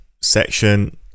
section